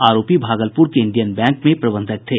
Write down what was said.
आरोपित भागलपुर के Indian Bank में प्रबंधक थे